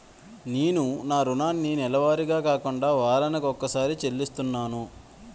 నేను నా రుణాన్ని నెలవారీగా కాకుండా వారాని కొక్కసారి చెల్లిస్తున్నాను